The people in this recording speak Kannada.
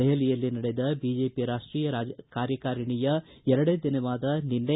ದೆಹಲಿಯಲ್ಲಿ ನಡೆದ ಬಿಜೆಪಿ ರಾಷ್ಟೀಯಕಾರ್ಯಕಾರಿಣಿಯ ಎರಡನೇ ದಿನವಾದ ನಿನ್ನೆ